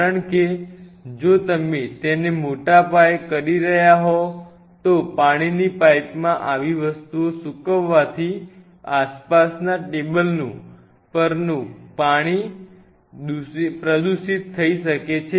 કારણ કે જો તમે તેને મોટા પાયે કરી રહ્યા હોવ તો પાણીની પાઇપમાં આવી વસ્તુઓ સૂક વ વાથી આસપાસના ટેબલ પરનું પાણી પ્રદૂષિત થઈ શકે છે